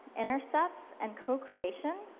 intercepts and cocreation,